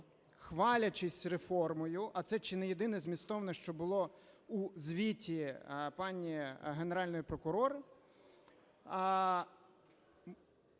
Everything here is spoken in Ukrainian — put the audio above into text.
хвалячись реформою, а це чи не єдине змістовне, що було у звіті пані Генеральний прокурор,